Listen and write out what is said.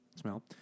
smell